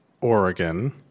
Oregon